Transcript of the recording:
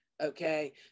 okay